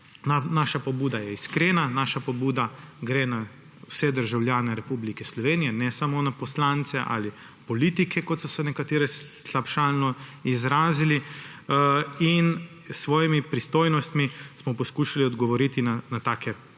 Naša pobuda je iskrena, naša pobuda gre na vse državljane Republike Slovenije, ne samo na poslance ali politike, kot so se nekateri slabšalno izrazili; in s svojimi pristojnostmi smo poskušali odgovoriti na take